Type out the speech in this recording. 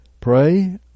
pray